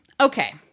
Okay